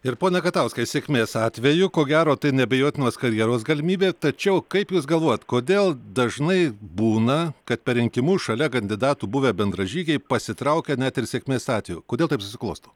ir pone katauskai sėkmės atveju ko gero tai neabejotinos karjeros galimybė tačiau kaip jūs galvojat kodėl dažnai būna kad per rinkimus šalia kandidatų buvę bendražygiai pasitraukia net ir sėkmės atveju kodėl taip susiklosto